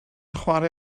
chwarae